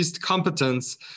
competence